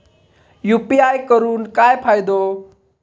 UPI करून काय फायदो?